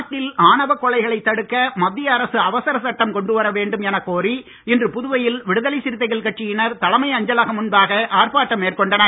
நாட்டில் ஆணவக் கொலைகளைத் தடுக்க மத்திய அரசு அவசர சட்டம் கொண்டு வர வேண்டும் எனக் கோரி இன்று புதுவையில் விடுதலை சிறுத்தைகள் கட்சியினர் தலைமை அஞ்சலகம் முன்பாக ஆர்ப்பாட்டம் மேற்கொண்டனர்